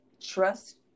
trust